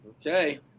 Okay